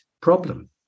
problem